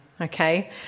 Okay